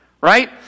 right